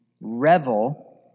revel